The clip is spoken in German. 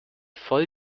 voll